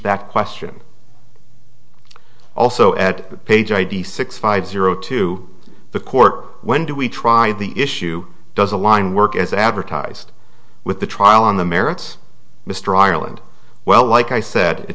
that question also at page id six five zero two the court when do we try the issue does a line work as advertised with the trial on the merits mr ireland well like i said it